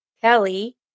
Kelly